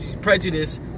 prejudice